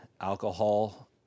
alcohol